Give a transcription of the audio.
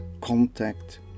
contact